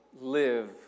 live